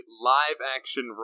live-action